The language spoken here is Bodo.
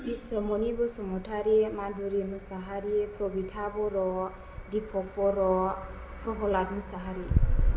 बिश्वमनि बसुमतारि माधुरि मुसाहारि कबिता बर' दिपक बर' प्रहलाद मुसाहारि